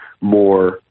more